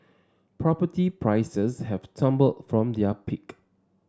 property prices have tumbled from their peak